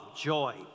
joy